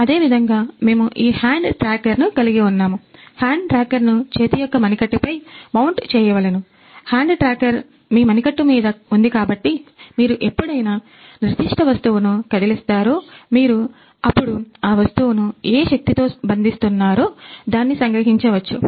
అదేవిధంగా మేము ఈ హ్యాండ్ ట్రాకర్ చేయవలెనుహ్యాండ్ ట్రాకర్ మీ మణికట్టు మీద ఉంది కాబట్టి మీరు ఎప్పుడైనా నిర్దిష్ట వస్తువును కదిలిస్తారో మీరు అపుడు ఆ వస్తువును ఏ శక్తితో బంధిస్తున్నారో దాన్ని సంగ్రహించవచ్చు